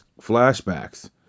flashbacks